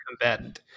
combatant